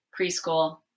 preschool